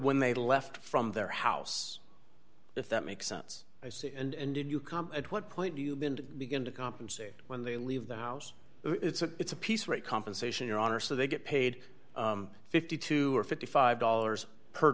when they left from their house if that makes sense i see and did you come at what point do you been to begin to compensate when they leave the house it's a piece rate compensation your honor so they get paid fifty two dollars or fifty five dollars per